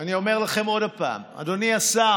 אני אומר לכם עוד פעם: אדוני השר,